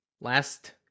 Last